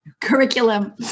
curriculum